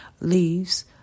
leaves